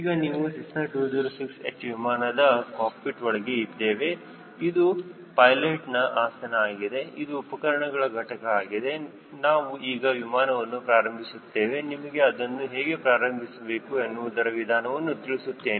ಈಗ ನಾವು Cessna 206 H ವಿಮಾನದ ಕಾಕ್ಪಿಟ್ ಒಳಗೆ ಇದ್ದೇವೆ ಇದು ಪೈಲೆಟ್ನ ಆಸನ ಆಗಿದೆ ಇದು ಉಪಕರಣಗಳ ಘಟಕ ಆಗಿದೆ ನಾವು ಈಗ ವಿಮಾನವನ್ನು ಪ್ರಾರಂಭಿಸುತ್ತೇವೆ ನಿಮಗೆ ಅದನ್ನು ಹೇಗೆ ಪ್ರಾರಂಭಿಸಬೇಕು ಎನ್ನುವುದರ ವಿಧಾನವನ್ನು ತಿಳಿಸುತ್ತೇನೆ